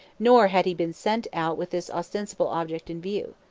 nor had he been sent out with this ostensible object in view.